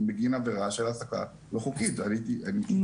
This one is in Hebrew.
בגין עבירה של העסקה לא חוקית --- מעולה.